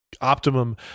Optimum